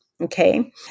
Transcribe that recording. Okay